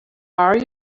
are